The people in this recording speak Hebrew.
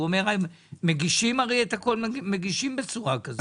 הוא אומר מגישים את הכל מגישים בצורה כזאת.